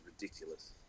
ridiculous